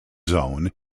zone